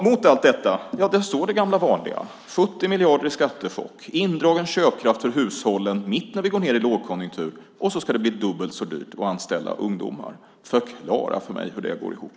Mot allt detta står det gamla vanliga, det vill säga 70 miljarder i skattechock, indragen köpkraft för hushållen när vi går ned i en lågkonjunktur och dubbelt så dyrt att anställa ungdomar. Förklara för mig hur det går ihop.